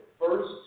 first